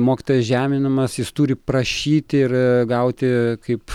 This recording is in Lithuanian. mokytojas žeminamas jis turi prašyti ir gauti kaip